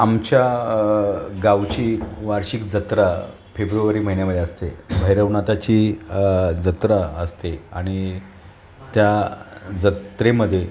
आमच्या गावची वार्षिक जत्रा फेब्रुवारी महिन्यामध्ये असते भैरवनाथाची जत्रा असते आणि त्या जत्रेमध्ये